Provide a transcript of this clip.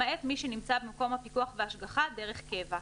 למעט מי שנמצא במקום הפיקוח וההשגחה דרך קבע,